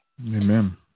Amen